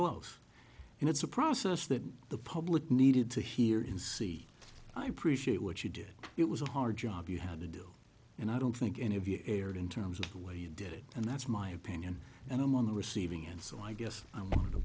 close and it's a process that the public needed to hear and see i appreciate what you did it was a hard job you had to do and i don't think any of you erred in terms of the way you did it and that's my opinion and i'm on the receiving end so i guess i